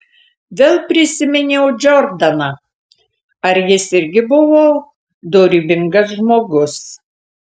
vėl prisiminiau džordaną ar jis irgi buvo dorybingas žmogus